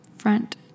front